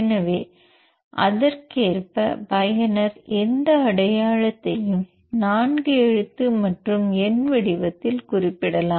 எனவே அதற்கேற்ப பயனர் எந்த அடையாளத்தையும் 4 எழுத்து மற்றும் எண் வடிவத்தில் குறிப்பிடலாம்